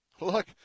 Look